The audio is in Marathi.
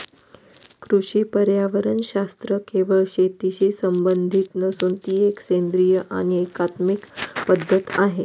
कृषी पर्यावरणशास्त्र केवळ शेतीशी संबंधित नसून ती एक सेंद्रिय आणि एकात्मिक पद्धत आहे